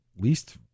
least